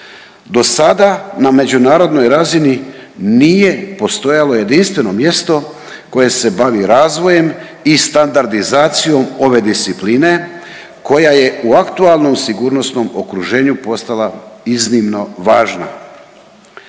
do sada na međunarodnoj razini nije postojalo jedinstveno mjesto koje se bavi razvojem i standardizacijom ove discipline koja je u aktualnom sigurnosnom okruženju postala iznimno važna.